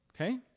okay